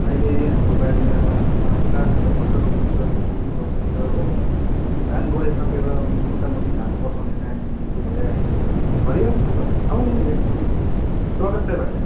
अहिले हाम्रो बारीमा साग भर्खर रोप्दै कोपी पनि रोप्दैछ कोपी पनि रोप्दैछ हो धान गोडाइ सकेर मोटामोटी धान पसाउने टाइम यो भइरहेको छ हरियाली छ त भाइ आउनु नि एकदमै स्वागत छ है भाइलाई